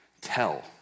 tell